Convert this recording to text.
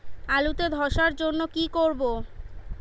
আলুতে ধসার জন্য কি করব?